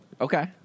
Okay